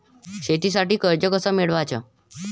शेतीसाठी कर्ज कस मिळवाच?